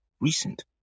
recent